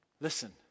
Listen